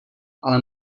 ale